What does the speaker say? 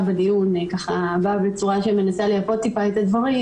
בדיון בא בצורה שמנסה לייפות טיפה את הדברים,